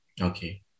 Okay